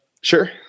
Sure